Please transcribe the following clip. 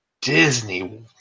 Disney